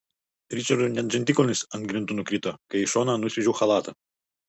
ričardui net žandikaulis ant grindų nukrito kai į šoną nusviedžiau chalatą